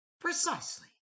Precisely